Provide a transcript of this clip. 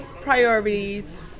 Priorities